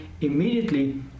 immediately